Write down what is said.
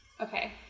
Okay